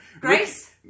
Grace